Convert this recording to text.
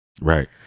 right